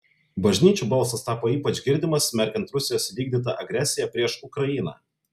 bažnyčių balsas tapo ypač girdimas smerkiant rusijos įvykdytą agresiją prieš ukrainą